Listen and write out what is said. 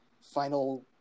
final